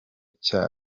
cya